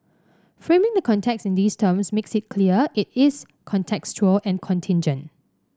framing the context in these terms makes it clear it is contextual and contingent